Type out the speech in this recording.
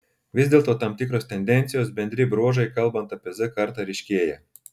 vis dėlto tam tikros tendencijos bendri bruožai kalbant apie z kartą ryškėja